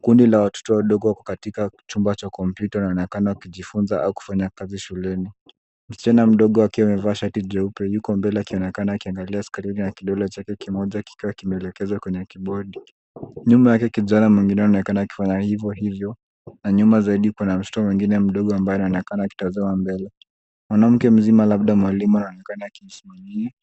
Kundi la watototo wadogo wako katika chumba cha komputa wanaonekana kujifuza au kufanya kazi shuleni. Msichana mdogo akiwa amevaa shati jeupe yuko mbele akionekana akiangalia skrini kidole chake kimoja kimeelekezwa kwenye kibodi. Nyuma yake kijana mwengine anaonekana akifanya hivyo hivyo na nyuma zaidi kuna mtoto mwengine madogo ambaye anaonekana akitazama mbele. Mwanamke mzima labda mwalimu anaonekana akishiriki